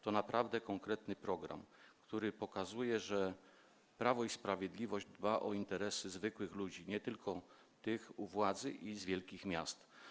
To naprawdę konkretny program, który pokazuje, że Prawo i Sprawiedliwość dba o interesy zwykłych ludzi, nie tylko tych u władzy i z wielkich miast.